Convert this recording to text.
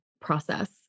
process